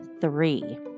three